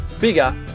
bigger